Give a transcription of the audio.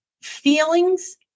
feelings